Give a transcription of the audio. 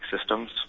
systems